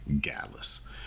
Gallus